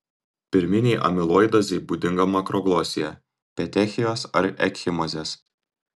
pirminei amiloidozei būdinga makroglosija petechijos ar ekchimozės